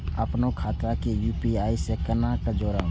अपनो खाता के यू.पी.आई से केना जोरम?